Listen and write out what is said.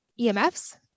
EMFs